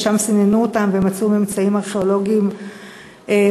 ושם סיננו אותן ומצאו ממצאים ארכיאולוגיים מדהימים,